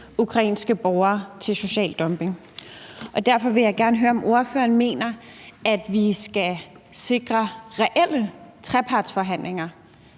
ukrainske borgere til social dumping. Derfor vil jeg gerne høre, om ordføreren mener, at vi skal sikre reelle trepartsforhandlinger,